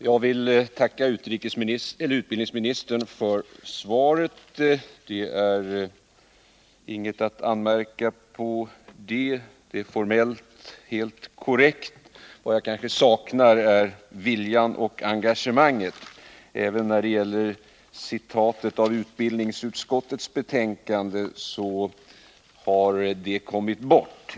Herr talman! Jag vill tacka utbildningsministern för svaret. Det är ingenting att anmärka på det — det är formellt helt korrekt. Vad jag kanske saknar är viljan och engagemanget. Även i citatet av utbildningsutskottets betänkande har detta kommit bort.